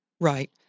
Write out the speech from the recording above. Right